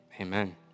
Amen